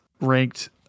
ranked